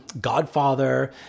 godfather